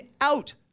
out